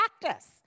practice